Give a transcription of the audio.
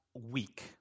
week